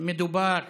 מדובר